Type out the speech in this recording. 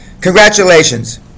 Congratulations